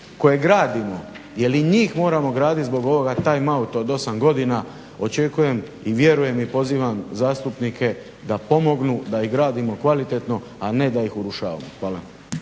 koje gradimo jer i njih moramo graditi zbog ovoga time-out-a od 8 godina očekujem i vjerujem i pozivam zastupnike da pomognu da je gradimo kvalitetno, a ne da ih urušavamo. Hvala.